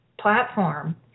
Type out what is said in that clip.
platform